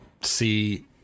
see